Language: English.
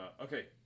Okay